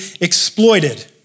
exploited